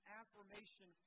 affirmation